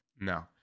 no